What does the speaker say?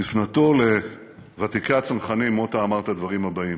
בפנותו לוותיקי הצנחנים מוטה אמר את הדברים האלה: